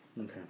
okay